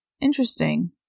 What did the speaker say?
interesting